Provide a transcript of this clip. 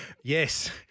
Yes